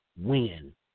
win